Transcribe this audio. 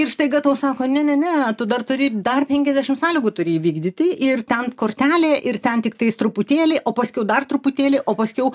ir staiga tau sako ne ne ne tu dar turi dar penkiasdešimt sąlygų turi įvykdyti ir ten kortelėj ir ten tiktais truputėlį o paskiau dar truputėlį o paskiau